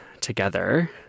together